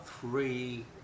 three